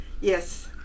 Yes